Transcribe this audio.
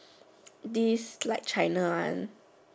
bees like kinder one